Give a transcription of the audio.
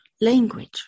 Language